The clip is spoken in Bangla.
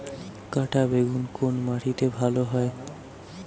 কাঁটা বেগুন কোন মাটিতে ভালো হয়?